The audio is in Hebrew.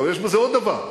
אבל יש בזה עוד דבר: